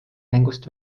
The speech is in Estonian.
mängust